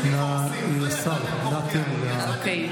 לא יצאתם פורקי עול.